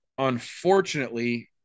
Unfortunately